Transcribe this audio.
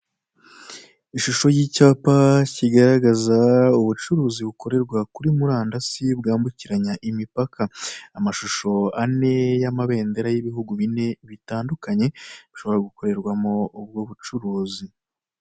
Ishusho y'icyapa kigaragaza ubucuruzi bikorerwa kuri murandasi, bwambukiranya imipaka. Amashusho ane y'amabendera y'igihugu bine, bitandukanye, bishobora gukorerwamo ubwo bucuruzi.